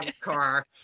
car